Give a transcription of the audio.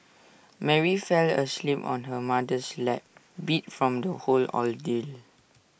Mary fell asleep on her mother's lap beat from the whole ordeal